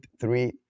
three